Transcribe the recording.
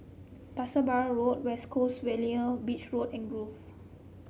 Pasir Laba Road West Coast Vale Beechwood and Grove